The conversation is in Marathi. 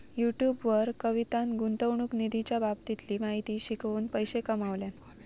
युट्युब वर कवितान गुंतवणूक निधीच्या बाबतीतली माहिती शिकवून पैशे कमावल्यान